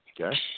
Okay